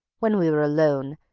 when we were alone,